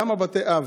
כמה בתי אב?